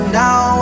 now